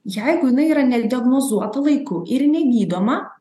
jeigu jinai yra nediagnozuota laiku ir negydoma